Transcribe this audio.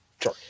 Sure